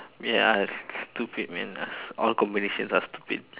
ya it's stupid man all combinations are stupid